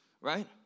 right